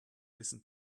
listen